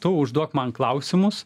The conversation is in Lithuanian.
tu užduok man klausimus